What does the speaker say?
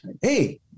Hey